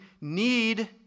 need